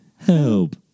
Help